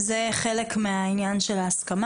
זה חלק מהעניין של ההסכמה.